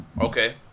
Okay